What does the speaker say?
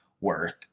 worth